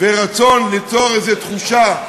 ורצון ליצור איזו תחושה,